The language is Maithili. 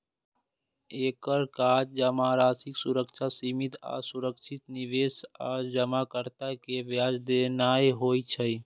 एकर काज जमाराशिक सुरक्षा, सीमित आ सुरक्षित निवेश आ जमाकर्ता कें ब्याज देनाय होइ छै